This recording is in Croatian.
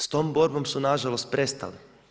S tom borbom su na žalost prestali.